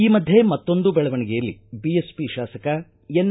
ಈ ಮಧ್ವೆ ಮತ್ತೊಂದು ದೆಳವಣಿಗೆಯಲ್ಲಿ ಬಿಎಸ್ಒ ಶಾಸಕ ಎನ್